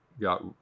got